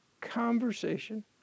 conversation